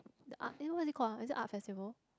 the art eh what's it called ah is it art festival